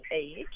age